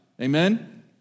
Amen